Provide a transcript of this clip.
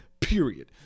Period